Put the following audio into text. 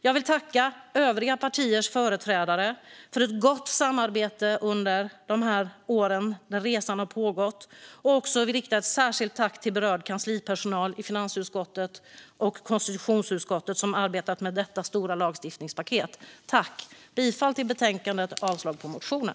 Jag vill tacka övriga partiers företrädare för ett gott samarbete under de år då resan har pågått, och jag vill rikta ett särskilt tack till berörd kanslipersonal i finansutskottet och konstitutionsutskottet som har arbetat med detta stora lagstiftningspaket. Tack! Jag yrkar bifall till utskottets förslag i betänkandet och avslag på motionen.